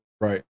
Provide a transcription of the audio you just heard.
Right